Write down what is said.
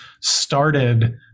started